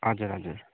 हजुर हजुर